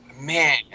man